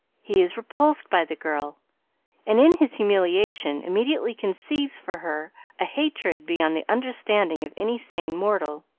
he is repulsed by the girl and in his humiliation immediately conceives for her a hatred beyond the understanding of any sane mortal.